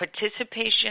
participation